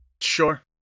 Sure